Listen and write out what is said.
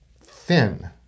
thin